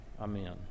amen